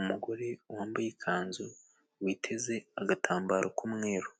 umugore wambaye ikanzu witeze agatambaro k'umweru.